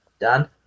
Dan